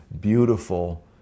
beautiful